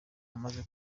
amaze